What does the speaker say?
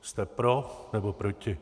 Jste pro, nebo proti?